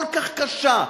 כל כך קשה,